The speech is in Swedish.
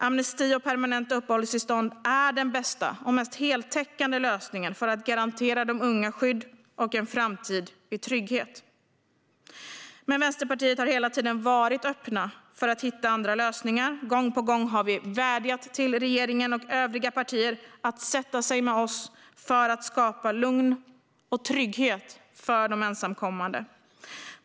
Amnesti och permanenta uppehållstillstånd är den bästa och mest heltäckande lösningen för att garantera de unga skydd och en framtid i trygghet. Men vi i Vänsterpartiet har hela tiden varit öppna för att hitta andra lösningar. Gång på gång har vi vädjat till regeringen och övriga partier att sätta sig med oss för att skapa lugn och trygghet för de ensamkommande.